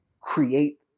create